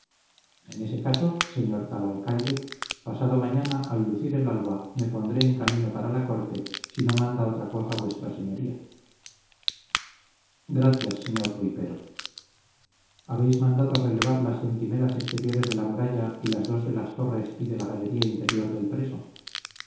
en ese caso señor tal alcaide pasado mañana al lucir el alba me pondré en camino para la corte si no manda otra cosa vuestra señoría gracias señor rui pero habéis mandado relevar las centinelas exteriores de la muralla y las dos de las torres y de la galería interior del preso